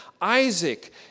Isaac